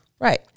Right